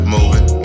Moving